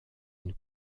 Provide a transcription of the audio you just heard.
une